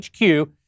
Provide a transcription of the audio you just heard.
HQ